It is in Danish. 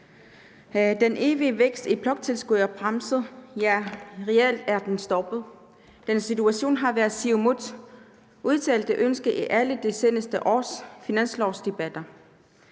Den evige vækst i bloktilskuddet er bremset – ja, reelt er den stoppet. Den situation har været Siumuts udtalte ønske i alle de seneste års finanslovsdebatter.